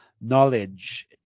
knowledge